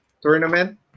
tournament